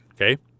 okay